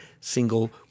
single